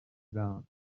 d’un